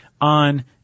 on